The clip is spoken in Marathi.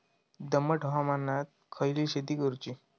दमट हवामानात खयली शेती करूची?